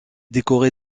décoré